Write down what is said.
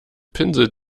pinselt